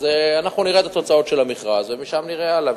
אז אנחנו נראה את התוצאות של המכרז ומשם נראה הלאה.